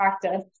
practice